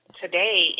today